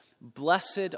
Blessed